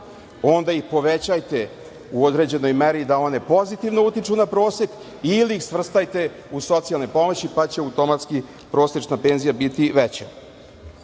onda i povećajte u određenoj meri da one pozitivno utiču na prosek ili ih svrstajte u socijalne pomoći, pa će automatski prosečna penzija biti veća. Oko